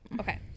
Okay